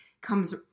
comes